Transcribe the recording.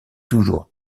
toujours